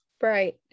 Right